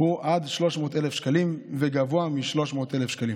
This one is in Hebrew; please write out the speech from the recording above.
הוא עד 300,000 שקלים וגבוה מ-300,000 שקלים.